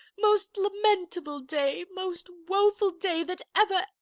most lamentable day, most woeful day that ever,